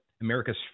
America's